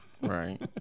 Right